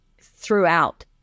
throughout